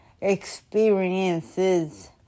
experiences